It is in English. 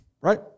Right